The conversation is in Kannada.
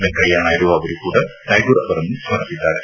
ವೆಂಕಯ್ಯ ನಾಯ್ದು ಅವರೂ ಕೂಡ ಟ್ಯಾಗೂರ್ ಅವರನ್ನು ಸ್ಪರಿಸಿದ್ದಾರೆ